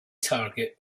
target